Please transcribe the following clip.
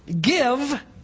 Give